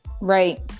Right